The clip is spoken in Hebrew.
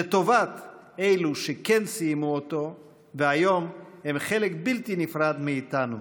לטובת אלה שכן סיימו אותו והיום הם חלק בלתי נפרד מאיתנו,